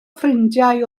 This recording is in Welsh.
ffrindiau